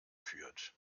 führt